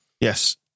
Yes